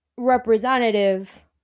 Representative